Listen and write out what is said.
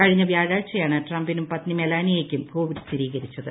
കഴിഞ്ഞ വ്യാഴാഴ്ചയാണ് ട്രംപിനും പത്നി മെലാനിയയ്ക്കും കോവിഡ് സ്ഥിരീകരിച്ചത്